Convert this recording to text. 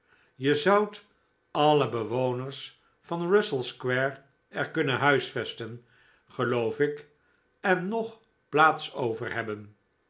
je zoudt alle bewoners van russell square er kunnen huisvesten geloof ik en nog plaats over hebben